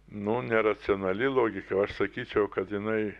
nu neracionali logika o aš sakyčiau kad jinai